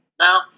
Now